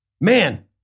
man